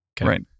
Right